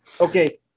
Okay